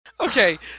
Okay